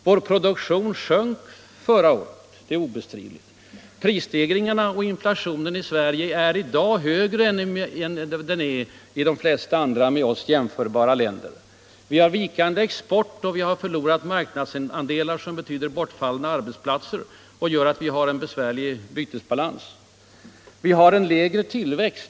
Vår produktion sjönk förra året, det är obestridligt. Prisstegringarna och inflationen i Sverige är i dag högre än i de flesta andra med oss jämförbara länder. Vi har vikande export och vi har förlorat marknadsandelar vilket gör att vi har en besvärlig bytesbalans och vilket betyder bortfallna arbetsplatser.